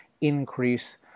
increase